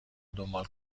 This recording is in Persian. دنبال